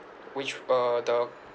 which uh the